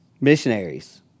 Missionaries